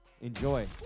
Enjoy